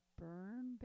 burn